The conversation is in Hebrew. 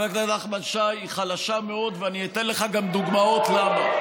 היא חלשה מאוד, ואתן לך גם דוגמאות למה.